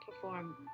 perform